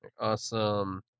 Awesome